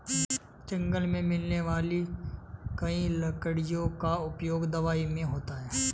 जंगल मे मिलने वाली कई लकड़ियों का उपयोग दवाई मे होता है